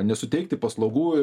nesuteikti paslaugų